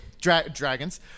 Dragons